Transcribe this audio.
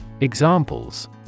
Examples